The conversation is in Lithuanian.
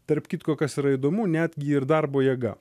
tarp kitko kas yra įdomu netgi ir darbo jėga